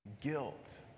Guilt